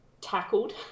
tackled